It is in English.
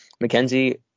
McKenzie